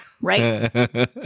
Right